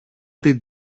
την